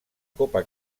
copa